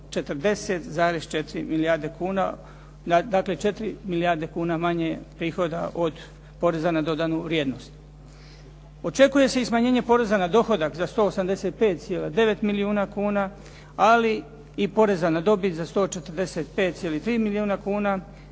4 milijarde kuna manje prihoda od poreza na dodanu vrijednost. Očekuje se i smanjenje poreza na dohodak za 185,9 milijuna kuna, ali i poreza na dobit za 145,3 milijuna kuna